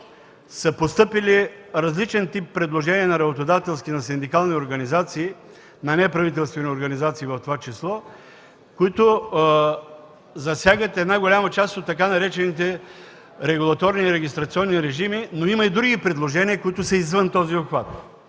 са постъпили различен тип предложения на работодателски, на синдикални и неправителствени организации, които засягат голяма част от тъй наречените регулаторни и регистрационни режими. Има и други предложения, извън този обхват.